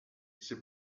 c’est